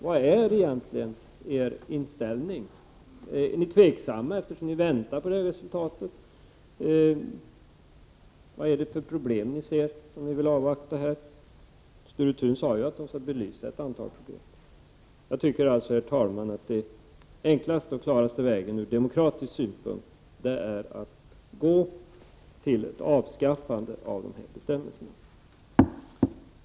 Vad är egentligen er inställning? Är ni tveksamma, eftersom ni vill avvakta resultatet? Vad är det för problem ni ser eftersom ni vill avvakta? Sture Thun sade ju att man vill belysa ett antal problem. Jag tycker alltså, herr talman, att den enklaste och klaraste vägen ur demokratisk synpunkt är att avskaffa bestämmelserna.